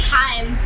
time